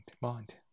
mind